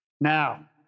Now